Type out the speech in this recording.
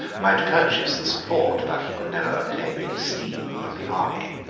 might purchase the support, but he could never obtain the esteem, of the army.